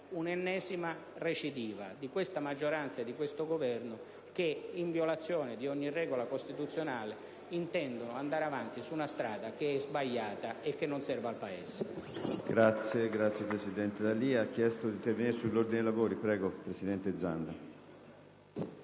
l'ennesima recidiva di questa maggioranza e di questo Governo che, in violazione di ogni regola costituzionale, intendono andare avanti su una strada sbagliata, che non serve al Paese.